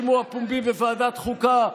שימוע פומבי בוועדת חוקה,